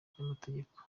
by’amategeko